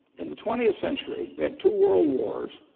in the twentieth century we had two world wars,